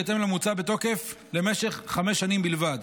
בהתאם למוצע, בתוקף למשך חמש שנים בלבד.